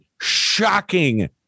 shocking